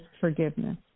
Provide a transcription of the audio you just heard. forgiveness